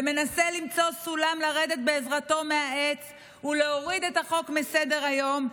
ומנסה למצוא סולם לרדת בעזרתו מהעץ ולהוריד את החוק מסדר-היום,